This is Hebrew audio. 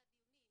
לדיונים.